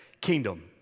kingdom